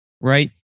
right